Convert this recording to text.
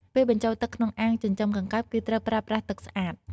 ពេលបញ្ចូលទឹកក្នុងអាងចិញ្ចឹមកង្កែប គឺត្រូវប្រើប្រាស់ទឹកស្អាត។